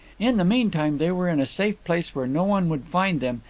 in the meantime they were in a safe place where no one would find them,